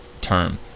term